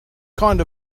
kind